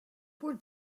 were